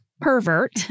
pervert